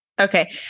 Okay